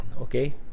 okay